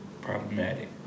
problematic